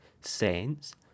Saints